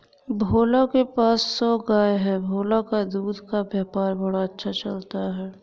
भोला के पास सौ गाय है भोला का दूध का व्यापार बड़ा अच्छा चलता है